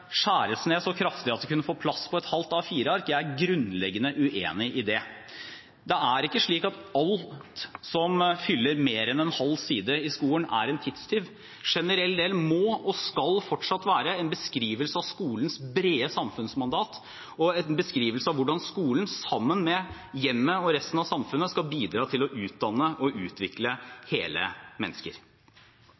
så kraftig at den kunne få plass på et halvt A4-ark. Jeg er grunnleggende uenig i det. Det er ikke slik at alt som fyller mer enn en halv side i skolen, er en tidstyv. Generell del må og skal fortsatt være en beskrivelse av skolens brede samfunnsmandat og en beskrivelse av hvordan skolen, sammen med hjemmet og resten av samfunnet, skal bidra til å utdanne og utvikle